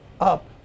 up